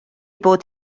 bod